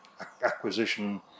acquisition